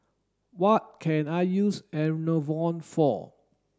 what can I use Enervon for